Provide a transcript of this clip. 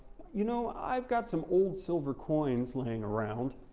you know, i've got some old silver coins laying around,